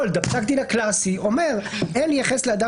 פסק דין הקלאסי אומר שאין לייחס לאדם